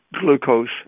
glucose